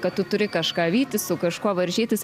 kad tu turi kažką vytis su kažkuo varžytis